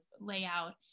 layout